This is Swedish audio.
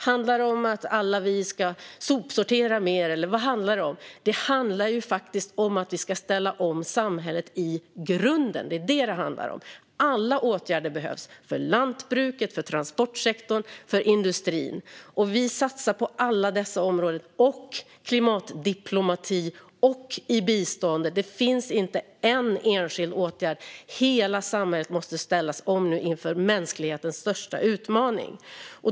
Handlar det om att alla vi ska sopsortera mer? Eller vad handlar det om? Det handlar faktiskt om att vi ska ställa om samhället i grunden. Det är det som det handlar om. Alla åtgärder behövs för lantbruket, för transportsektorn, för industrin. Vi satsar på alla dessa områden och klimatdiplomati och bistånd. Det finns inte någon enskild åtgärd, utan hela samhället måste ställas om inför mänsklighetens största utmaning.